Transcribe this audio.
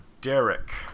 Derek